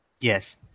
Yes